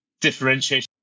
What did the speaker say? differentiation